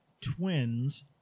twins